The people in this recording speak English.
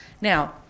Now